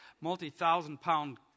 multi-thousand-pound